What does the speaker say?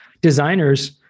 designers